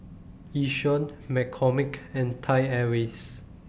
Yishion McCormick and Thai Airways